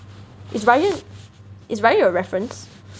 is Ryan is Ryan your reference